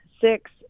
six